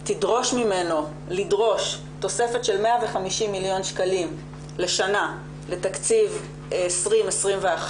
ותדרוש ממנו לדרוש תוספת של 150 מיליון שקלים לשנה לתקציב 2021,